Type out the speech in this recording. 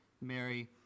Mary